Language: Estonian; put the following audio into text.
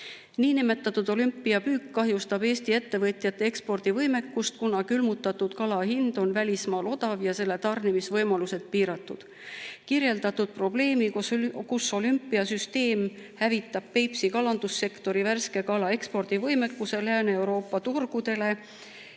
Niinimetatud olümpiapüük kahjustab Eesti ettevõtjate ekspordivõimekust, kuna külmutatud kala hind on välismaal odav ja selle tarnimise võimalused piiratud. Kirjeldatud probleemi, kus olümpiasüsteem hävitab Peipsi kalandussektori värske kala ekspordivõimekuse Lääne-Euroopa turgudele,